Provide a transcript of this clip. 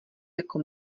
jako